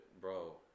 bro